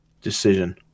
decision